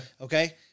Okay